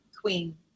Queen